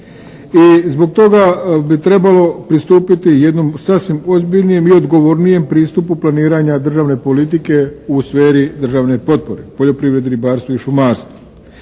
zbog toga bi trebalo pristupiti jednom sasvim ozbiljnijem i odgovornijem pristupu planiranja državne politike u sferi državne potpore, poljoprivredi, ribarstvu i šumarstvu.